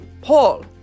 Paul